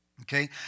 Okay